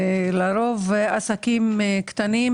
לרוב עסקים קטנים